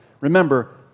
remember